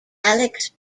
alex